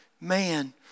Man